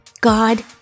God